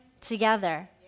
together